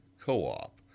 co-op